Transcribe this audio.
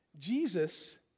Jesus